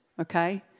Okay